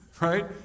right